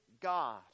God